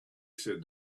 said